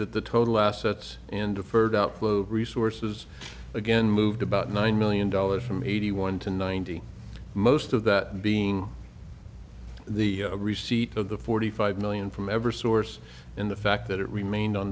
that the total assets in deferred outflow resources again moved about nine million dollars from eighty one to ninety most of that being the receipt of the forty five million from ever source in the fact that it remained on